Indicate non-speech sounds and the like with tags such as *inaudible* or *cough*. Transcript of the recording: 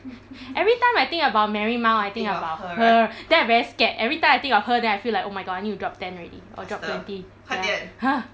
*breath* every time I think about marymount I think about her then I very scared every time I think of her then I feel like oh my god I need to drop ten ready or drop twenty ya !huh!